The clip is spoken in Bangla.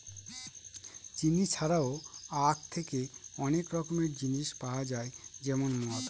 চিনি ছাড়াও আঁখ থেকে অনেক রকমের জিনিস পাওয়া যায় যেমন মদ